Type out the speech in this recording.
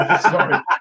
Sorry